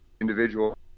individual